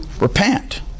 repent